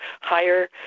higher